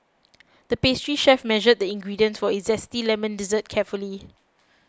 the pastry chef measured the ingredients for Zesty Lemon Dessert carefully